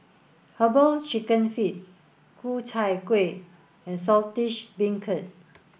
herbal chicken feet Ku Chai Kuih and Saltish Beancurd